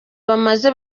bamaze